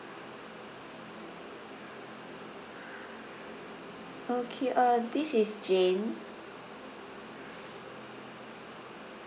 okay uh this is jane